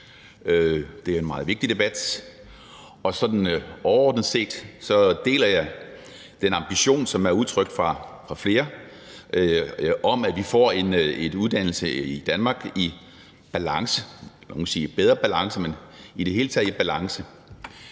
Det er en meget vigtig debat. Overordnet set deler jeg den ambition, som er udtrykt fra flere, om, at vi får et Danmark i uddannelsesbalance, nogle vil sige i bedre balance, men i det hele taget i balance.